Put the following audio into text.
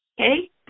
Okay